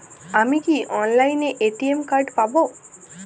আমি কি অনলাইনে এ.টি.এম কার্ড পাব?